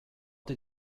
did